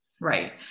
right